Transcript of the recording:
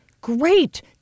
great